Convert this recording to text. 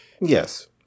Yes